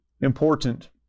important